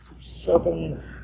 seven